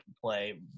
play